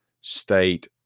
state